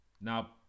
Now